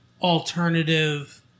alternative